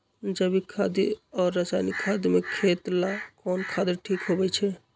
जैविक खाद और रासायनिक खाद में खेत ला कौन खाद ठीक होवैछे?